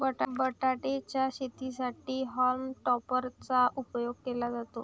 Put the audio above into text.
बटाटे च्या शेतीसाठी हॉल्म टॉपर चा उपयोग केला जातो